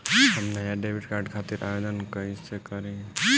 हम नया debit card खातिर आवेदन कईसे करी?